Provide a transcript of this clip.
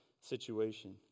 situation